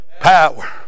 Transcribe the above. Power